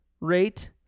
rate